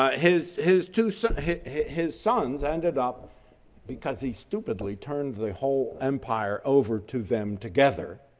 ah his his two so his sons ended up because he stupidly turned the whole empire over to them together.